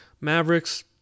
Mavericks